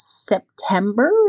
September